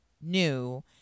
new